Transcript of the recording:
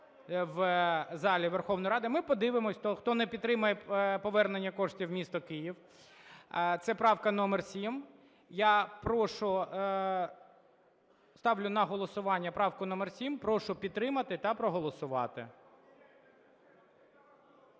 в залі Верховної Ради. Ми подивимося, хто не підтримає повернення коштів в місто Київ. Це правка номер 7. Я прошу... Ставлю на голосування правку номер 7. Прошу підтримати та проголосувати.